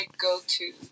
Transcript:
go-to